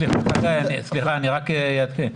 אני רק אעדכן,